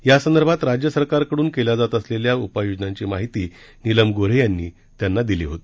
यासंदर्भात राज्य सरकारकडुन केल्या जात असलेल्या उपाययोजनांची माहिती निलम गो हे यांनी त्यांना दिली होती